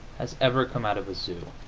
has ever come out of a zoo.